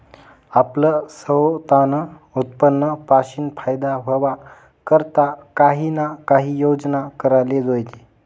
आपलं सवतानं उत्पन्न पाशीन फायदा व्हवा करता काही ना काही योजना कराले जोयजे